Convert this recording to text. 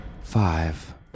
Five